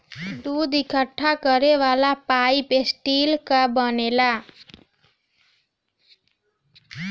दूध इकट्ठा करे वाला पाइप स्टील कअ बनेला